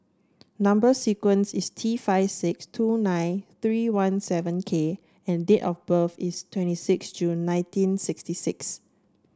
number sequence is T five six two nine three one seven K and date of birth is twenty six June nineteen sixty six